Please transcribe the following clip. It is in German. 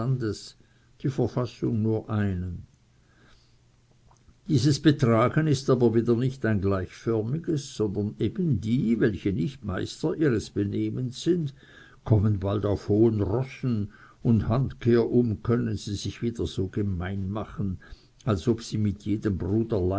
die verfassung nur einen dieses betragen ist aber wieder nicht ein gleichförmiges sondern eben die welche nicht meister ihres benehmens sind kommen bald auf hohen rossen und handkehrum können sie sich wieder so gemein machen als ob sie mit jedem bruder